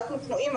אנחנו פנויים,